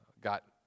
Got